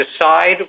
decide